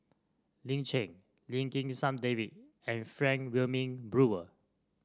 Lin Chen Lim Kim San David and Frank Wilmin Brewer